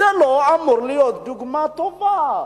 זה לא אמור להיות דוגמה טובה,